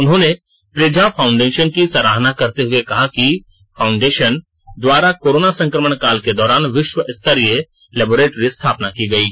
उन्होंने प्रेझा फाउंडेशन की सराहना करते हुए कहा कि फाउंडेशन द्वारा कोरोना संकमण काल के दौरान विश्व स्तरीय लैबोरेटरी स्थापना की गयी